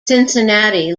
cincinnati